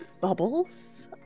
bubbles